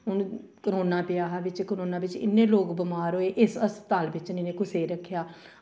हून करोना पेआ हा बिच्च करोना बिच्च इन्ने लोग बमार होए इस अस्पताल च नेईं कुसै गी रक्खेआ